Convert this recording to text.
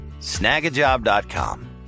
Snagajob.com